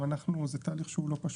זה תהליך שהוא לא פשוט.